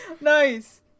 Nice